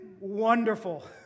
wonderful